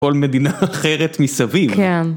כל מדינה אחרת מסביב. כן.